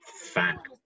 Fact